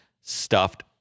stuffed